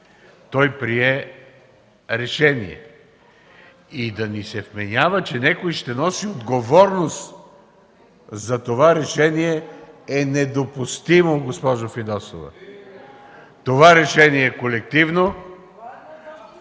той прие решение. И да ни се вменява, че някой ще носи отговорност за това решение е недопустимо, госпожо Фидосова! Това решение е колективно.